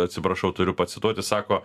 atsiprašau turiu pacituoti sako